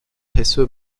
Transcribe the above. hesse